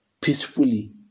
peacefully